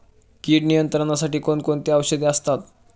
कीड नियंत्रणासाठी कोण कोणती औषधे असतात?